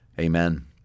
Amen